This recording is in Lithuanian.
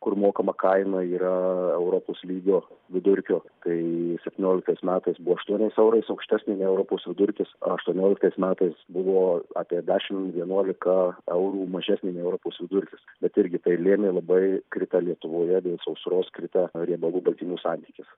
kur mokama kaina yra europos lygio vidurkio kai septynioliktais metais buvo aštuoniais eurais aukštesnė nei europos vidurkis aštuonioliktais metais buvo apie dešimt vienuolika eurų mažesnė nei europos vidurkis bet irgi tai lėmė labai kritę lietuvoje dėl sausros kritę riebalų baltymų santykis